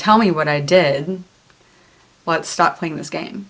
tell me what i did what stop playing this game